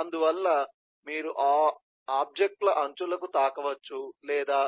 అందువల్ల మీరు ఆ ఆబ్జెక్ట్ ల అంచులకు తాకవచ్చు లేదా